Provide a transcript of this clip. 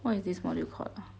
what is this module called ah